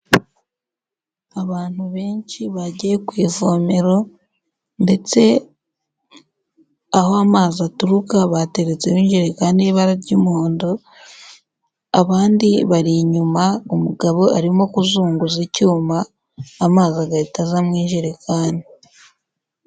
Abantu benshi bagiye ku ivomero ndetse aho amazi aturuka bateretsemo ijerekani y'ibara ry'umuhondo, abandi bari inyuma, umugabo arimo kuzunguza icyuma amazi agahita aza mu ijerekani.